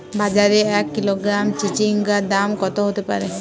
বাজারে এক কিলোগ্রাম চিচিঙ্গার দাম কত হতে পারে?